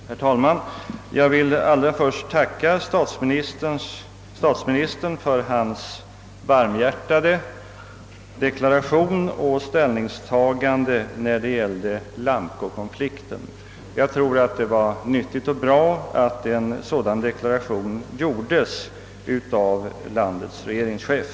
Herr talman! Jag vill allra först tacka statsministern för hans varmhjärtade deklaration och ställningstagande i fråga om Lamco-konflikten. Jag tror det var nyttigt och bra att en sådan deklaration gjordes av landets regeringschef.